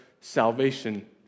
salvation